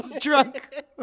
drunk